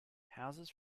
houses